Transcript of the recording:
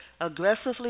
Aggressively